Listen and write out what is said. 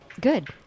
good